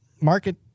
Market